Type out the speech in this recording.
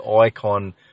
icon